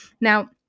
Now